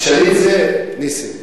תשאלי את זה את נסים.